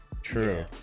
True